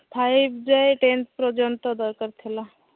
five ଯାଏଁ tenth ପର୍ଯ୍ୟନ୍ତ ଦରକାର ଥିଲା